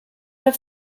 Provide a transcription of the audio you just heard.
have